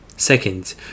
Second